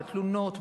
בתלונות,